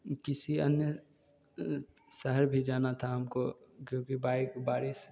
किसी अन्य शहर भी जाना था हमको क्योंकि बाइक बारिश